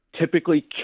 typically